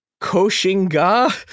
koshinga